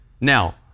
now